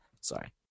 Sorry